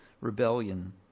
rebellion